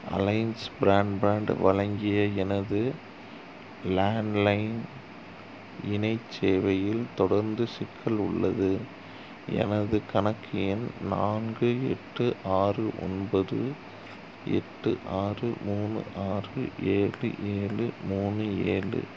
alliance broadband வழங்கிய எனது landline இணை சேவையில் தொடர்ந்து சிக்கல் உள்ளது எனது கணக்கு எண் நான்கு எட்டு ஆறு ஒன்பது எட்டு ஆறு மூணு ஆறு ஏழு ஏழு மூணு ஏழு